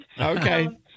Okay